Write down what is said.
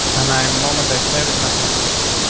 and i'm moment i saved nothing changes.